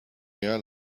air